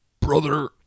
brother